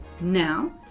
now